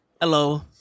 hello